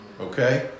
Okay